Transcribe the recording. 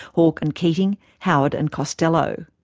hawke and keating, howard and costello.